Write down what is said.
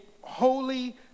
holy